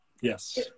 yes